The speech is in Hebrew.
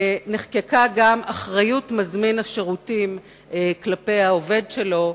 נחקקה גם אחריות מזמין השירותים כלפי העובד שלו,